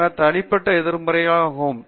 என் தனிப்பட்ட எதிர்மறை கருத்தாகும்